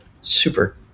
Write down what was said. super